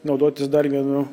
naudotis dar vienu